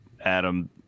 Adam